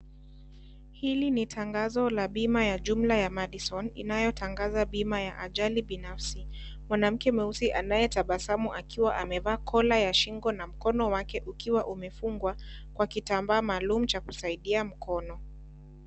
Hili ni tangazo la bima ya jumla ya Madison inayotangaza bima ya Ajali Binafsi. Wanamke mweusi anaye tabasamu akiwa amevaa kola ya shingo na mkono wake ukiwa umefungwa kwa kitamba maalum cha kusaidia mkono.